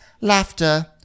laughter